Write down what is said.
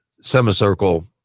semicircle